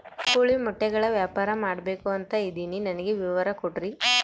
ಕೋಳಿ ಮೊಟ್ಟೆಗಳ ವ್ಯಾಪಾರ ಮಾಡ್ಬೇಕು ಅಂತ ಇದಿನಿ ನನಗೆ ವಿವರ ಕೊಡ್ರಿ?